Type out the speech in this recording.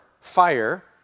fire